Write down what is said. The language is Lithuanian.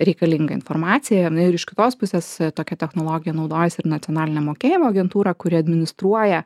reikalingą informaciją ir na ir iš kitos pusės tokia technologija naudojasi ir nacionalinė mokėjimo agentūra kuri administruoja